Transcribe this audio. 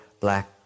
black